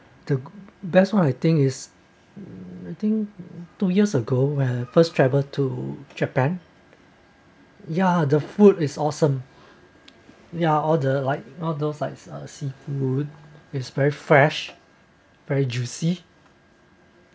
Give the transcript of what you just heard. the best one I think is I think two years ago where first travel to japan ya the food is awesome ya all the like all those like uh the seafood is very fresh very juicy